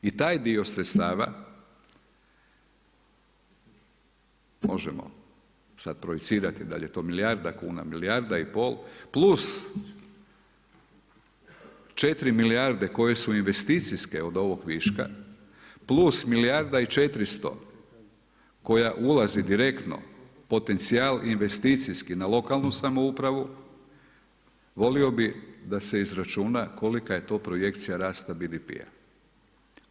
I taj dio sredstava možemo sad projicirati da li je to milijarda kuna, milijarda i pol plus četiri milijarde koje su investicijske od ovog viška, plus milijarda i 400 koja ulazi direktno potencijal investicijski na lokalnu samoupravu volio bih da se izračuna kolika je to projekcija rasta BDP-a.